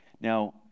Now